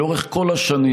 שלאורך כל השנים,